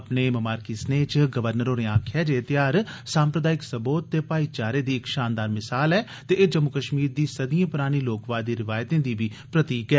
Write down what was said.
अपने बधाई सनेए च गवर्नर होरें आखेआ ऐ जे एह् त्यौहार साम्प्रदायिक संबोध ते भाईचारे दी इक शानदार मिसाल ऐ ते एह् जम्मू कश्मीर दी सदियें परानी लोकवादी रिवायतें दी प्रतीक बी ऐ